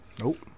Nope